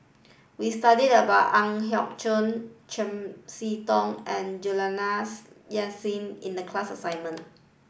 we studied about Ang Hiong Chiok Chiam See Tong and Juliana Yasin in the class assignment